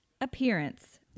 appearance